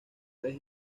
vez